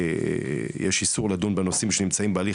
יש איסור לדון בנושאים שנמצאים בהליך